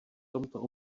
tomto